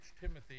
Timothy